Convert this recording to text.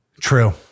True